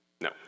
No